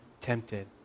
tempted